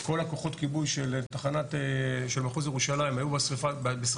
כל כוחות הכיבוי של מחוז ירושלים היו בשריפת